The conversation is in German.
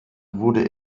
wurde